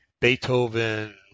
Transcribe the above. Beethoven